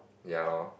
ya lor